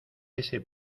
ese